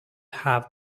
have